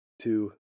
two